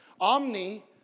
Omni